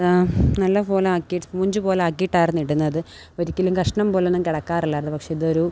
നല്ല പോലാക്കി സ്പോഞ്ച് പോലെയാക്കിയിട്ടായിരുന്നു ഇടുന്നത് ഒരിക്കലും കഷ്ണം പോലൊന്നും കിടക്കാറില്ലായിരുന്നു പക്ഷെ ഇതൊരു